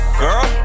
girl